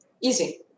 Easy